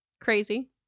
Crazy